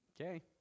okay